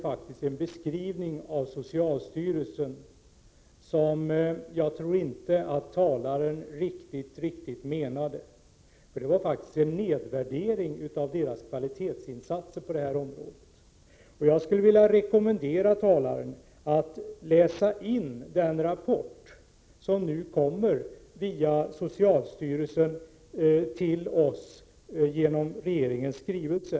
Den beskrivning av socialstyrelsen som han gjorde i sitt första inlägg blev nog inte riktigt så som han hade avsett. Det var faktiskt en nedvärdering av socialstyrelsens kvalitetsinsatser på detta område. Jag skulle vilja rekommendera talaren att läsa in den rapport som nu kommer till oss via socialstyrelsen genom regeringens skrivelse.